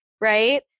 right